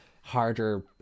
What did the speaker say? harder